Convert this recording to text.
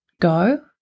go